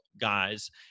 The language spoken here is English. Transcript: guys